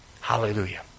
Hallelujah